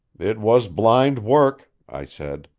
it was blind work, i said.